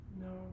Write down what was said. No